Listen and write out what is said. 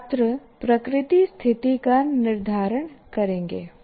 छात्र प्रकृति स्थिति का निर्धारण करेंगे